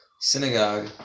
synagogue